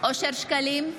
אושר שקלים,